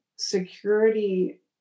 Security